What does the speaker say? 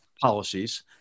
policies